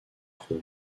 cros